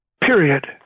Period